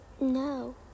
No